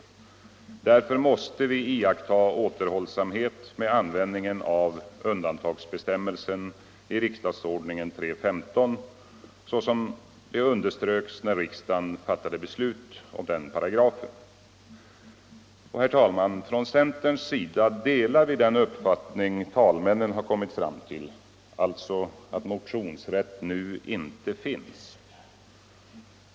Därför måste vi iaktta återhållsamhet med användningen av undantagsbestämmelsen i 3 kap. 15 § riksdagsordningen, såsom det underströks när riksdagen fattade beslut om den paragrafen. Från centerns sida delar vi den uppfattning som talmännen har kommit fram till — alltså att motionsrätt nu inte finns.